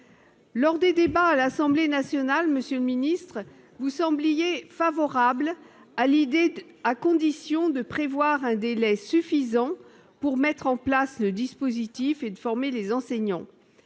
Lors des débats à l'Assemblée nationale, le Gouvernement semblait favorable à cette idée, à condition de prévoir un délai suffisant pour mettre en place le dispositif et de former les enseignants.